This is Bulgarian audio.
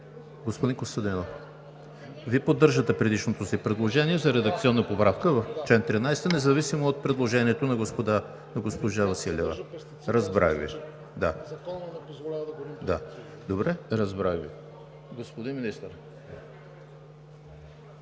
Господин Костадинов, Вие поддържате предишното си предложение за редакционна поправка в чл. 13 независимо от предложението на госпожа Василева? Разбрах Ви. Господин Министър.